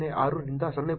006 ರಿಂದ 0